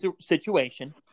situation